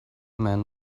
man